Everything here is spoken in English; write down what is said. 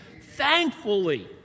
Thankfully